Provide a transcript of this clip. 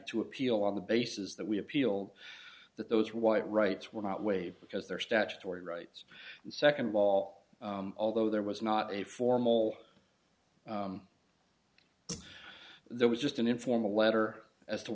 to appeal on the basis that we appealed that those white rights were not waived because there statutory rights and second law although there was not a formal there was just an informal letter as to